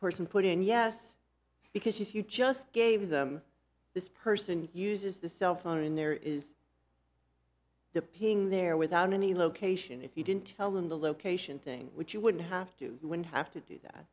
person put in yes because you just gave them this person uses the cell phone and there is the ping there without any location if you didn't tell them the location thing which you would have to win have to do that